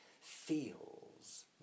feels